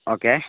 okay